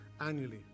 annually